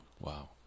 Wow